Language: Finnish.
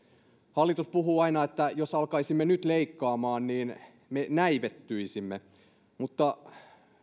hallitus puhuu aina että jos alkaisimme nyt leikkaamaan me näivettyisimme mutta